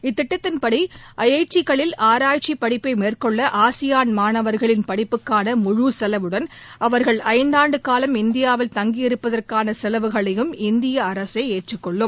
இத்திட்டத்தின்படி ஐடிக்களில் ஆராய்ச்சிப் படிப்பைமேற்கொள்ளஆசியான் மாணவர்களின் படிப்புக்கான முழு செலவுடன் அவர்கள் ஐந்தாண்டுகாலம் இந்தியாவில் தங்கியிருப்பதற்கானசெலவுகளையும் இந்தியஅரசேஏற்றுக் கொள்ளும்